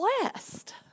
blessed